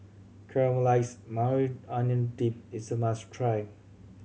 Caramelized Maui Onion Dip is a must try